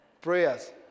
Prayers